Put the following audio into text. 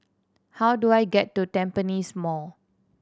how do I get to Tampines Mall